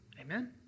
Amen